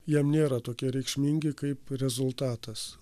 jam nėra tokie reikšmingi kaip rezultatas